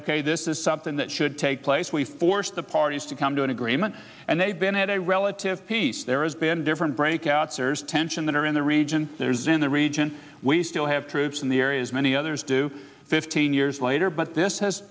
ok this is something that should take place we forced the parties to come to an agreement and they've been at a relative peace there has been different breakout cers tension that are in the region there is in the region we still have troops in the areas many others do fifteen years later but this has